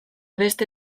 beste